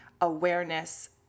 awareness